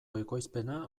ekoizpena